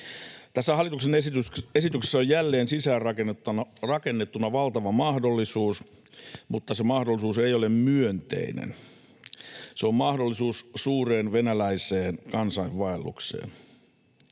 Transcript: hallituksen esityksessä on jälleen sisäänrakennettuna valtava mahdollisuus, mutta se mahdollisuus ei ole myönteinen. Se on mahdollisuus suureen venäläiseen kansainvaellukseen.